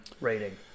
rating